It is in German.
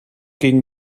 gegen